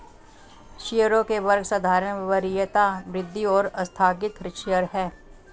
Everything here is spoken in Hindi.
शेयरों के वर्ग साधारण, वरीयता, वृद्धि और आस्थगित शेयर हैं